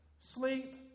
sleep